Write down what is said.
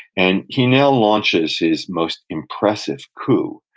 and he now launches his most impressive coup.